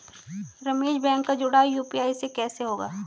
Ramesh bank का जुड़ाव UPI से कैसे होगा?